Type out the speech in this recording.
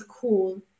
cool